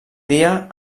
dia